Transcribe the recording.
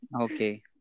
Okay